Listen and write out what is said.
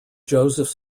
joseph